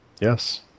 Yes